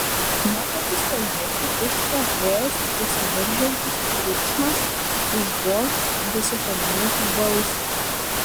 mokantis kalbėti iš trachėjos besiveržiantis triukšmas užgoš besiformuojantį balsą